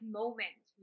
moment